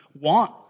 want